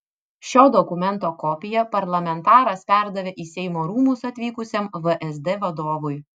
šio dokumento kopiją parlamentaras perdavė į seimo rūmus atvykusiam vsd vadovui